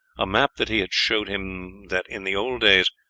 a map that he had showed him that in the old days,